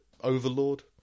Overlord